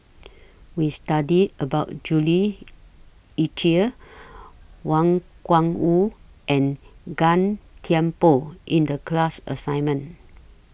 We studied about Jules Itier Wang Gungwu and Gan Thiam Poh in The class assignment